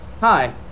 Hi